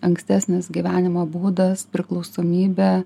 ankstesnis gyvenimo būdas priklausomybė